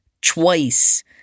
Twice